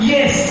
Yes